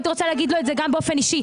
הייתי רוצה להגיד לו את זה גם באופן אישי.